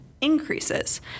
increases